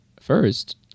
First